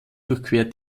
durchquert